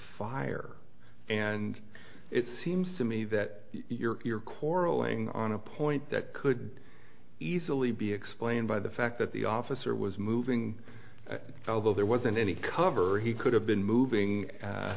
fire and it seems to me that you're quarrelling on a point that could easily be explained by the fact that the officer was moving although there wasn't any cover he could have been moving